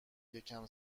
یکم